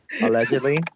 Allegedly